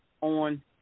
on